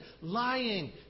Lying